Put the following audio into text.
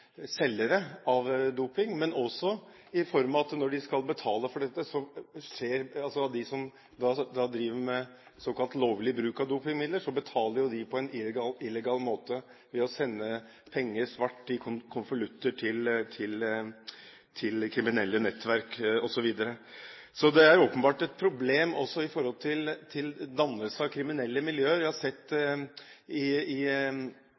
selgere av doping, men også i form av at de som driver med såkalt lovlig bruk av dopingmidler, betaler på en illegal måte ved å sende penger svart i konvolutter til kriminelle nettverk osv. Det er åpenbart et problem også med tanke på dannelse av kriminelle miljøer. Jeg har sett i